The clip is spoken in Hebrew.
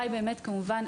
נכון מאוד.